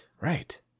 right